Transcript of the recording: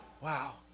Wow